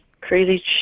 crazy